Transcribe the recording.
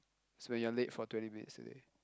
it's when you are late for twenty minutes is it